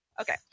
Okay